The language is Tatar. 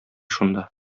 шунда